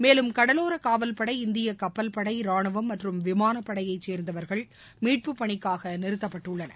மேலும் கடலோரகாவல்பளட இந்தியகப்பல் படை ரானுவம் மற்றும் விமானப் படையைச் சேர்ந்தவர்கள் மீட்பு பணிக்காகநிறுத்தப்பட்டுள்ளனர்